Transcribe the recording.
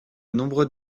nombreux